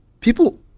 people